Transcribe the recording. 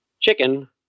Chicken